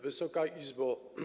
Wysoka Izbo!